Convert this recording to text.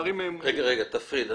רגע, רגע, תפריד.